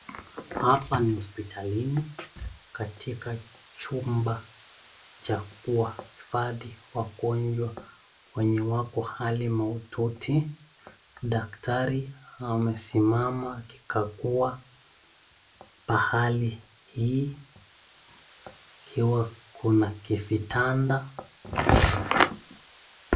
Hapa ni hospitalini katika chumba cha kuwaifadhi wagonjwa, wenye wako hali maututi. Daktari amesimama kwa kua pahali hii ikiwa kuna vitanda.